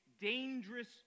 dangerous